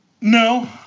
no